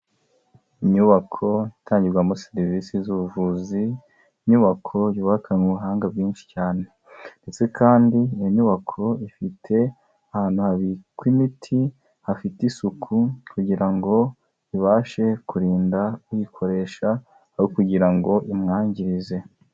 Inyubako itangirwamo serivisi z'ubuvuzi, inyubako yubakanye ubuhanga bwinshi cyane, ndetse kandi iyo nyubako ifite ahantu habikwa imiti hafite isuku, kugira ngo ibashe kurinda uyikoresha, aho kugira ngo imwangirize.